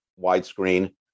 widescreen